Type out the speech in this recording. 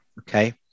okay